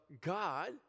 God